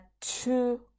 two